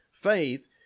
Faith